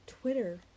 twitter